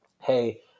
Hey